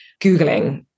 Googling